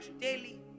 daily